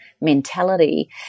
mentality